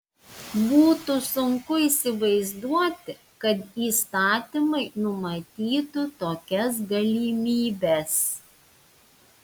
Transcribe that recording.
būtų sunku įsivaizduoti kad įstatymai numatytų tokias galimybes